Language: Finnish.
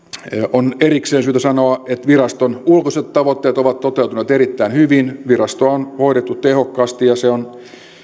on erikseen syytä sanoa että viraston ulkoiset tavoitteet ovat toteutuneet erittäin hyvin virastoa on hoidettu tehokkaasti ja se on